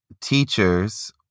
teachers